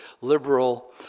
liberal